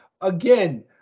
Again